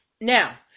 Now